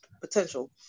potential